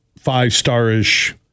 five-star-ish